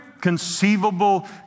conceivable